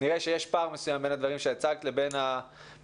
נראה שיש פער מסוים בין הדברים שהצגת לבין המציאות